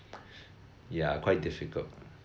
yeah quite difficult